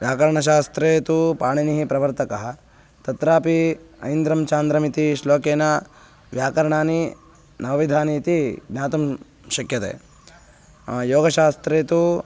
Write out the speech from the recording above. व्याकरणशास्त्रे तु पाणिनिः प्रवर्तकः तत्रापि ऐन्द्रं चान्द्रमिति श्लोकेन व्याकरणानि नवविधानि इति ज्ञातुं शक्यते योगशास्त्रे तु